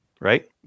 right